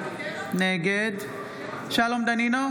נגד שלום דנינו,